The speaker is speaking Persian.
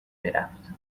میرفت